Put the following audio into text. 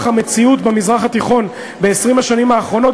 המציאות במזרח התיכון ב-20 השנים האחרונות,